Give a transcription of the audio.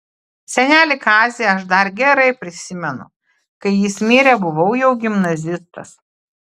senelį kazį aš dar gerai prisimenu kai jis mirė buvau jau gimnazistas